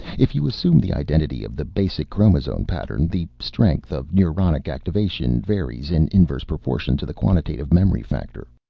if you assume the identity of the basic chromosome-pattern. the strength of neuronic activation varies in inverse proportion to the quantative memory factor.